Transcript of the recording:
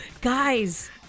Guys